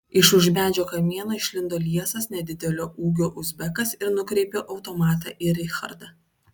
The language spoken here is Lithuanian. iš už medžio kamieno išlindo liesas nedidelio ūgio uzbekas ir nukreipė automatą į richardą